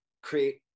create